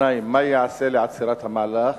מה ייעשה לעצירת המהלך?